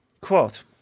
Quote